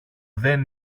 δεν